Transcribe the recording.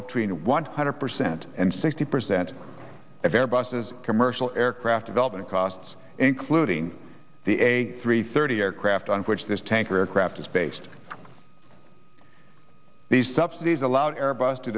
between one hundred percent and sixty percent of air buses commercial aircraft development costs including the a three thirty aircraft on which this tanker aircraft is based these subsidies allow air bus to